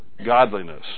Godliness